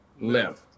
left